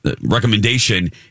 recommendation